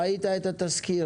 ראית את התזכיר?